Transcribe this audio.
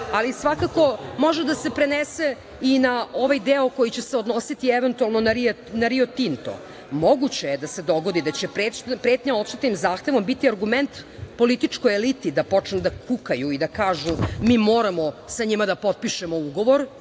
ali svakako može da se prenese i na ovaj deo koji će se odnositi eventualno na "Rio Tinto". Moguće je da se dogodi da će pretnja odštetnim zahtevom biti argument političkoj eliti da počnu da kukaju i da kažu - mi moramo sa njima da potpišemo ugovor,